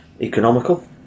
Economical